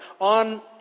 on